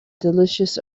delicious